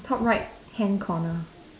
top right hand corner